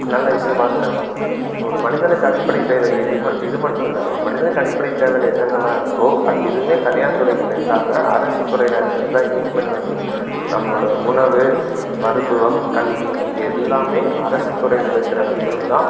நல்ல விஷயமாக இருக்காது ஒரு மனிதனுக்கு அடிப்படை தேவை இதும இது மட்டும் இல்லை ஒரு மனிதனுக்கு அடிப்படை தேவையில என்னென்னலாம் இருக்கோ அது எதுவுமே தனியார் துறைக்கிட்ட இல்லாமல் அரசு துறையில் இருக்கிறதுதான் என்னைக்குமே நல்லது நம்மளோட உணவு மருத்துவம் கல்வி இது எல்லாமே அரசு துறையில் இருக்கிற வரைக்குந்தான்